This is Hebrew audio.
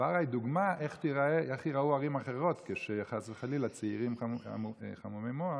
חווארה היא דוגמה איך ייראו ערים אחרות כשחס וחלילה צעירים חמומי מוח